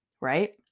Right